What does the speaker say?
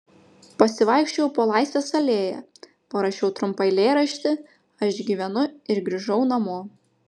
pasivaikščiojau po laisvės alėją parašiau trumpą eilėraštį aš gyvenu ir grįžau namo